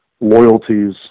loyalties